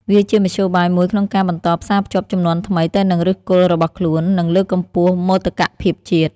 វាជាមធ្យោបាយមួយក្នុងការបន្តផ្សារភ្ជាប់ជំនាន់ថ្មីទៅនឹងឫសគល់របស់ខ្លួន និងលើកកម្ពស់មោទកភាពជាតិ។